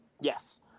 yes